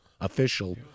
official